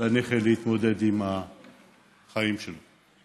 לנכה להתמודד עם החיים שלו.